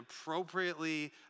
appropriately